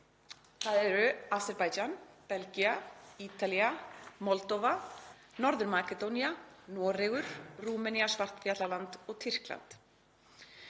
Það eru Aserbaídsjan, Belgía, Ítalía, Moldóva, Norður-Makedónía, Noregur, Rúmenía, Svartfjallaland og Tyrkland.